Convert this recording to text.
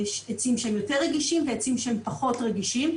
יש עצים שהם יותר רגישים ועצים שהם פחות רגישים,